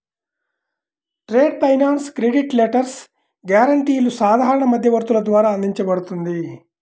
trade finance credit letters, గ్యారెంటీలు సాధారణ మధ్యవర్తుల ద్వారా అందించబడుతుంది